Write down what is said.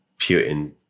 Putin